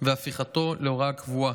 והפיכתו להוראה קבועה.